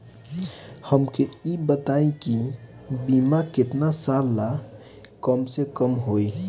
हमके ई बताई कि बीमा केतना साल ला कम से कम होई?